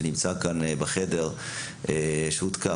שנמצא כאן בחדר והותקף,